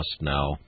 now